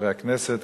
חברי הכנסת,